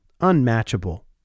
unmatchable